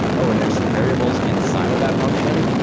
oh, and there're some variables inside of that function?